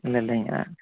இல்லை இல்லைங்க